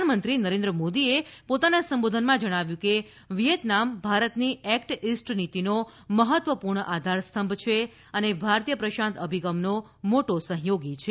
પ્રધાનમંત્રી નરેન્દ્ર મોદીએ પોતાના સંબોધનમાં જણાવ્યું કે વિયેતનામ ભારતની એક્ટ ઇસ્ટ નીતીનો મહત્વપૂર્ણ આધારસ્તંભ છે અને ભારતીય પ્રશાંત અભિગમનો મોટો સહયોગી છે